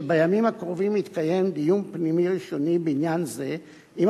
שבימים הקרובים יתקיים דיון פנימי ראשוני בעניין זה עם